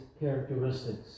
characteristics